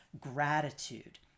gratitude